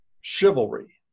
chivalry